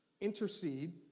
intercede